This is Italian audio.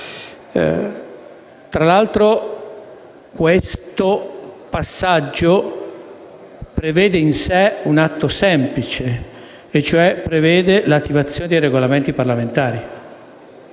Tra l'altro, questo passaggio prevede in sé un atto semplice, cioè l'attivazione dei Regolamenti parlamentari,